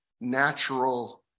natural